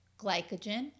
glycogen